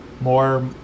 more